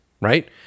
right